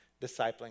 discipling